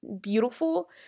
beautiful